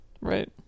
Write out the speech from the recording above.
Right